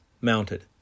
mounted